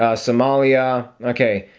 ah somalia, okay,